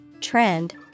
trend